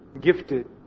gifted